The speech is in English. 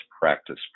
practice